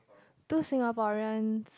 two Singaporean